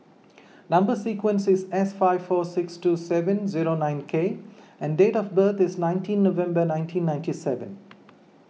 Number Sequence is S five four six two seven zero nine K and date of birth is nineteen November nineteen ninety seven